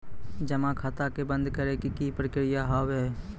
जमा खाता के बंद करे के की प्रक्रिया हाव हाय?